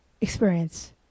experience